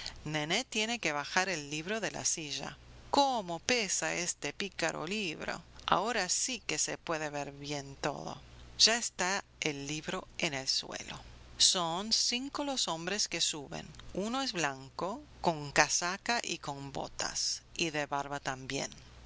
nené tiene que bajar el libro de la silla cómo pesa este pícaro libro ahora sí que se puede ver bien todo ya está el libro en el suelo son cinco los hombres que suben uno es un blanco con casaca y con botas y de barba también